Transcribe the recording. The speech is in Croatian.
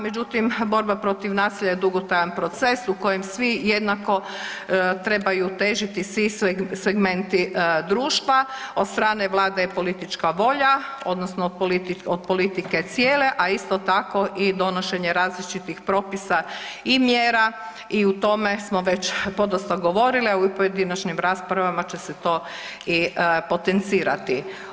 Međutim, borba protiv nasilja je dugotrajan proces u kojem svi jednako trebaju težiti svi segmenti društva, od strane vlade je politička volja odnosno od politike cijele, a isto tako i donošenje različitih propisa i mjera i o tome smo već podosta govorile i u pojedinačnim raspravama će se to i potencirati.